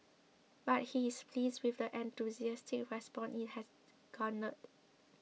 but he is pleased with the enthusiastic response it has garnered